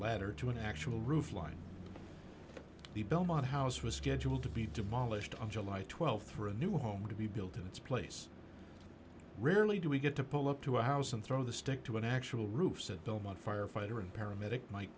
ladder to an actual roof line the belmont house was scheduled to be demolished on july th for a new home to be built in its place rarely do we get to pull up to a house and throw the stick to an actual roofs at belmont firefighter and paramedic mi